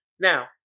Now